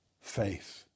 faith